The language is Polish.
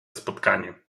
spotkanie